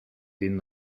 den